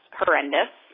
horrendous